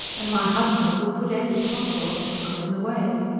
and my husband would put every possible obstacle in the way.